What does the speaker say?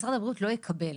משרד הבריאות לא יקבל,